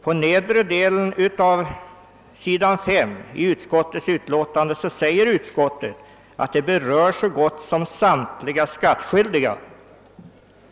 På nedre delen av s. 5 uttalar utskottet att dessa avdragsbestämmelser »berör så gott som samtliga skatteskyldiga».